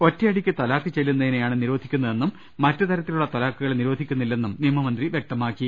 ഒറ്റയടിക്ക് തലാക്ക് ചൊല്ലുന്നതിനെയാണ് നിരോധിക്കുന്നതെന്നും മറ്റ് തരത്തിലുള്ള തലാക്കുകളെ നിരോധിക്കൂന്നില്ലെന്നും നിയമമന്ത്രി വൃക്തമാക്കി